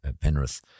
Penrith